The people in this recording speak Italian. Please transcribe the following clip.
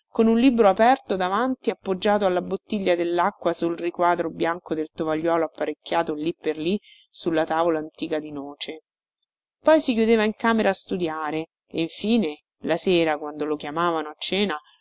con un libro aperto davanti appoggiato alla bottiglia dellacqua sul riquadro bianco del tovagliolo apparecchiato lì per lì sulla tavola antica di noce poi si chiudeva in camera a studiare e infine la sera quando lo chiamavano a cena